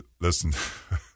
listen